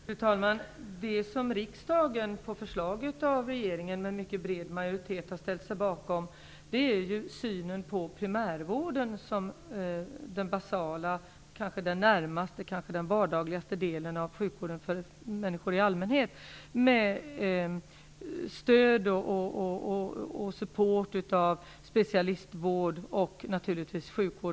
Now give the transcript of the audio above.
Fru talman! Det som riksdagen på förslag av regeringen med mycket bred majoritet har ställt sig bakom är synen på primärvården som den basala, kanske den närmaste och den vardagligaste delen av sjukvården för människor i allmänhet, med support av specialistvård och naturligtvis akutsjukvård.